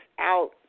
out